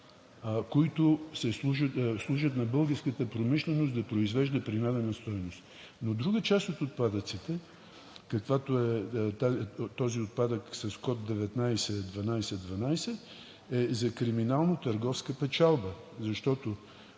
които служат на българската промишленост да произвежда принадена стойност, но друга част от отпадъците, каквато е този отпадък с код 19 12 12, е за криминално-търговска печалба, защото,